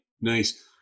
Nice